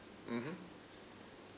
mmhmm